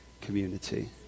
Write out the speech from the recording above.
community